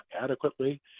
adequately